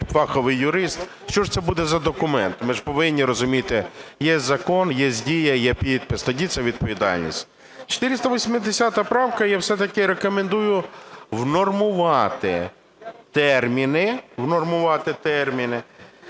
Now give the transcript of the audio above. фаховий юрист, що ж це буде за документ? Ми ж повинні розуміти: є закон, є дія, є підпис, тоді це відповідальність. 480 правка, я все-таки рекомендую внормувати терміни, внормувати терміни.